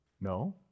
No